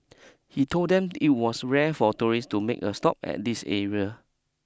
he told them it was rare for tourists to make a stop at this area